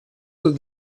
тут